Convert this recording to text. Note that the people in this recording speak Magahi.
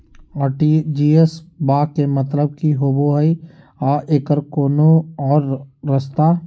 आर.टी.जी.एस बा के मतलब कि होबे हय आ एकर कोनो और रस्ता?